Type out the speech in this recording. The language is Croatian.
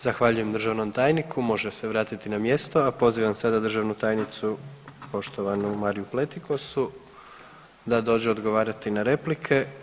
Zahvaljujem državnom tajniku, može se vratiti na mjesto, a pozivam sada državnu tajnicu poštovanu Mariju Pletikosu da dođe odgovarati na replike.